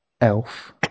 Elf